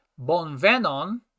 Bonvenon